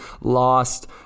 lost